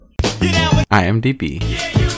IMDB